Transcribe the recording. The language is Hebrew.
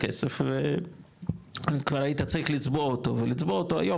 הכסף וכבר היית צריך לצבוע אותו ולצבוע אותו היום,